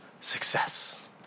success